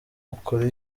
ukora